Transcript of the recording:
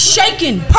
Shaking